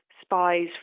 spies